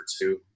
two